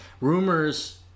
Rumors